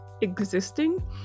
existing